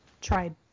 Tried